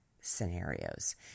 scenarios